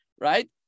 right